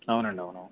అవునండి